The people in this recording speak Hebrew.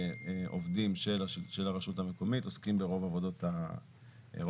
עובדים של הרשות המקומית עוסקים ברוב פעולות הגבייה.